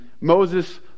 Moses